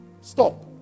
Stop